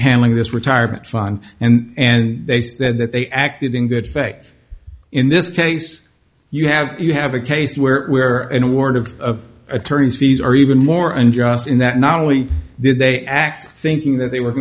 handling this retirement fund and and they said that they acted in good faith in this case you have you have a case where an award of attorney's fees are even more unjust in that not only did they act thinking that they were